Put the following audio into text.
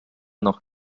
noch